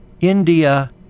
India